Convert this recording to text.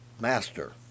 master